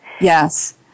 Yes